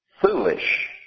foolish